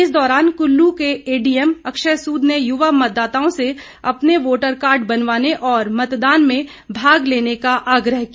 इस दौरान कुल्लू के एडीएम अक्षय सूद ने युवा मतदाताओं से अपने वोटर कार्ड बनवाने और मतदान में भाग लेने का आग्रह किया